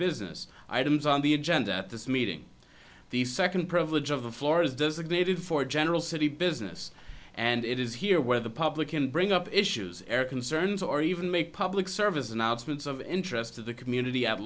business items on the agenda at this meeting the second privilege of the floor is designated for a general city business and it is here where the public can bring up issues or concerns or even make public service announcements of interest to the community at